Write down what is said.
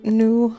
new